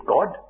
God